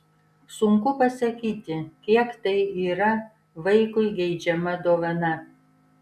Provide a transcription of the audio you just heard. sunku pasakyti kiek tai yra vaikui geidžiama dovana